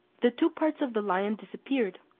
the two parts of the lion disappeared,